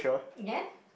yes